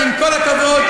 עם כל הכבוד,